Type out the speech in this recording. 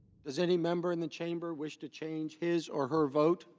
does any member in the chamber wish to change his or her vote?